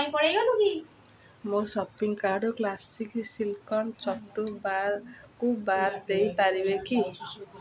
କାଇଁ ପଳେଇ ଗଲୁକି ମୋ ସପିଂ କାର୍ଡ଼୍ କ୍ଲାସିକ୍ ସିଲିକନ୍ ଚଟୁ ବା କୁ ବାଦ ଦେଇପାରିବେ କି